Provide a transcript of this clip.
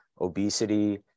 obesity